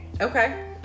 okay